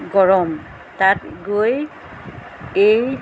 গৰম তাত গৈ এই